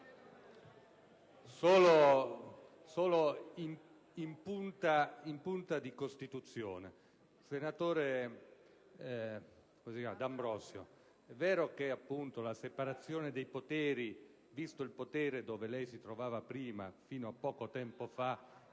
Solo in punta di Costituzione, senatore D'Ambrosio: è vero che la separazione dei poteri, visto il potere dove lei si trovava, fino a poco tempo fa,